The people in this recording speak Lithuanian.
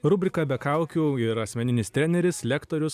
rubrika be kaukių ir asmeninis treneris lektorius